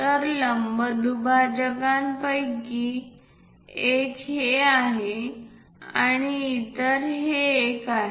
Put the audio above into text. तर लंबदुभाजकांपैकी एक हे आहे आणि इतर हे एक आहे